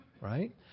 right